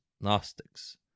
Gnostics